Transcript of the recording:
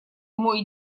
мой